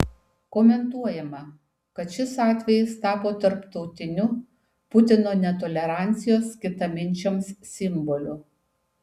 komentuojama kad šis atvejis tapo tarptautiniu putino netolerancijos kitaminčiams simboliu